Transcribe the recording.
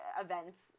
events